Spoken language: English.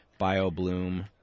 BioBloom